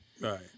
Right